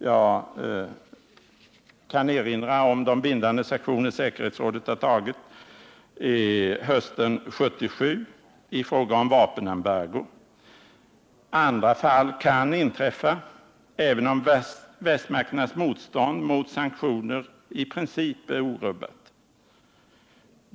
Jag kan erinra om de bindande sanktioner som säkerhetsrådet fattade beslut om hösten 1977 i fråga om vapenembargo. Andra fall kan inträffa, även om västmakternas motstånd mot sanktioner i princip är orubbat.